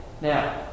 Now